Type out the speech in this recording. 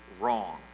wrong